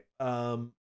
Okay